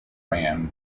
ran